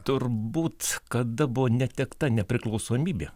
turbūt kada buvo netekta nepriklausomybė